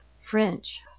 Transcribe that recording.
french